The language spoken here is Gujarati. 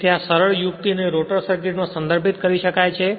તેથી આ સરળ યુક્તિ ને રોટર સર્કિટ માં સદર્ભિત કરી શકાય છે